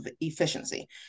efficiency